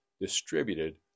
distributed